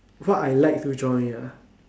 what I like to join ah